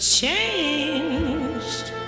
changed